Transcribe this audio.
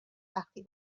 وقتی